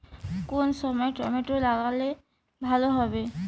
কোন সময় টমেটো লাগালে ভালো হবে?